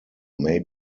may